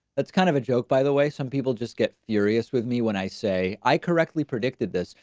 that's kind of a joke by the way. some people just get furious with me. when i say i correctly predicted this,